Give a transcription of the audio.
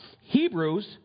Hebrews